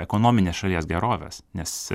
ekonominės šalies gerovės nes